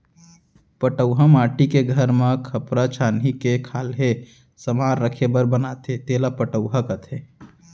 पटउहॉं माटी के घर म खपरा छानही के खाल्हे समान राखे बर बनाथे तेला पटउहॉं कथें